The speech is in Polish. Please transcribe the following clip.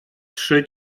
trzy